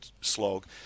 slog